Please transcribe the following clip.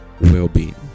well-being